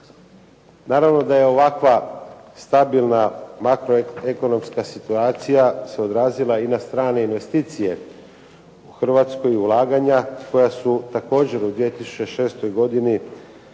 Naravno da je ovakva stabilna makroekonomska situacija se odrazila i na strane investicije u Hrvatskoj i ulaganja koja su također u 2006. godini